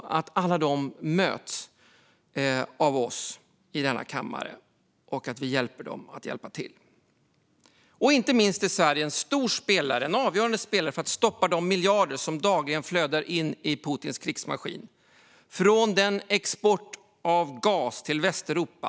De måste mötas med hjälp av oss i denna kammare så att de kan hjälpa till. Sverige är inte minst en stor och avgörande spelare för att stoppa de miljarder som dagligen flödar in i Putins krigsmaskin från den export av gas som går till Västeuropa.